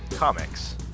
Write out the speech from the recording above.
Comics